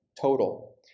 total